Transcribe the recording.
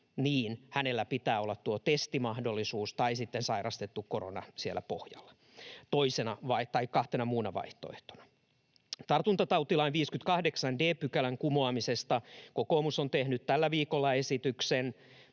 vaan hänellä pitää olla tuo testimahdollisuus tai sitten sairastettu korona siellä pohjalla kahtena muuna vaihtoehtona. Tartuntatautilain 58 d §:n kumoamisesta kokoomus on tehnyt tällä viikolla esityksen.